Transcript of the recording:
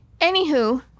Anywho